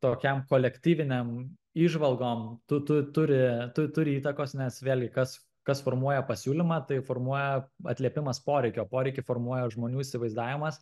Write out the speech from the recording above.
tokiam kolektyviniam įžvalgom tu tu turi tu turi įtakos nes vėlgi kas kas formuoja pasiūlymą tai formuoja atliepimas poreikio poreikį formuoja žmonių įsivaizdavimas